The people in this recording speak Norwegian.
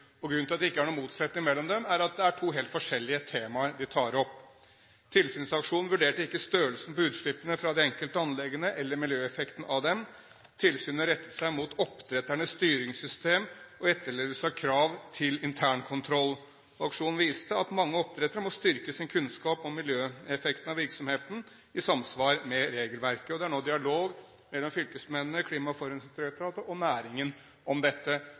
Grunnen til at det ikke er noen motsetning mellom dem, er at det er to helt forskjellige temaer vi tar opp. Tilsynsaksjonen vurderte ikke størrelsen på utslippene fra de enkelte anleggene eller miljøeffekten av dem. Tilsynet rettet seg mot oppdretternes styringssystem og etterlevelse av krav til internkontroll. Aksjonen viste at mange oppdrettere må styrke sin kunnskap om miljøeffekten av virksomheten, i samsvar med regelverket, og det er nå dialog mellom fylkesmennene, Klima- og forurensningsdirektoratet og næringen om dette.